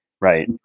Right